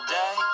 day